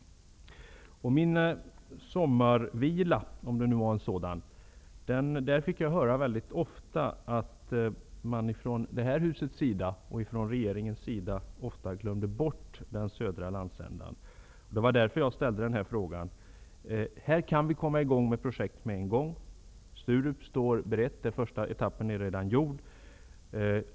Under min sommarvila -- om den nu var en sådan -- fick jag väldigt ofta höra att man både från riksdagens sida och från regeringens sida ofta glömde bort den södra landsändan. Därför ställde jag den här frågan. Vi kan här komma i gång med projekt omgående. Sturup står berett. Den första etappen är redan gjord.